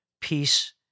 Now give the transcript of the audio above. peace